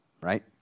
right